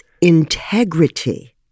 integrity